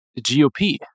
GOP